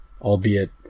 Albeit